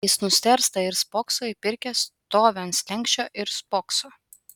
jis nustėrsta ir spokso į pirkią stovi ant slenksčio ir spokso